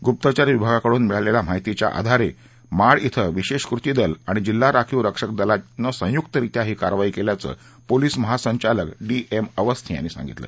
गुप्तचर विभागाकडून मिळलेल्या माहितीच्या आधारे माड शिं विशेष कृती दल आणि जिल्हा राखीव रक्षक दलानं संयुक्तरीत्या ही कारवाई केल्याचं पोलीस महासंचालक डी एम अवस्थी यांनी सांगितलं